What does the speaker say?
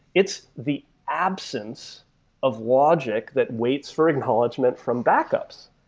it's the absence of logic that waits for acknowledgment from backups.